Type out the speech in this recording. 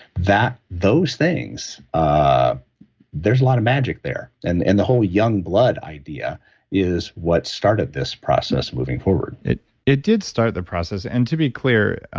those things, ah there's a lot of magic there. and and the whole young blood idea is what started this process moving forward it it did start the process. and to be clear,